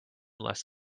less